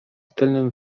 tylnym